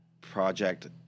project